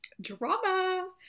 Drama